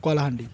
Kalahandi